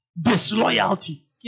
disloyalty